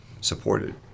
supported